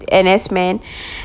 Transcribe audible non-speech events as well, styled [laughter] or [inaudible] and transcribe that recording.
N_S men [breath]